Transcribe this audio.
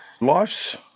life's